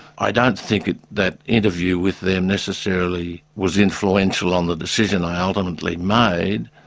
i don't think that interview with them necessarily was influential on the decision i ultimately made,